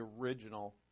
original